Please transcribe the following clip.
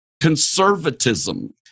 conservatism